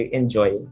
enjoy